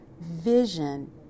Vision